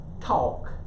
talk